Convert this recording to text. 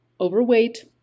overweight